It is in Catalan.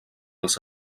els